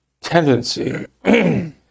tendency